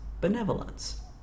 benevolence